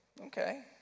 Okay